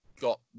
got